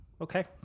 Okay